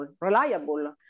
reliable